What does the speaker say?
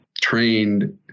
trained